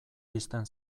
pizten